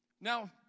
Now